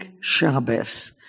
Shabbos